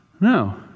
No